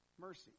mercy